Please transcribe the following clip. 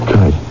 Good